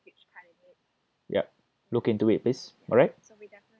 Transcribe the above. yup look into it please alright